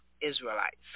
Israelites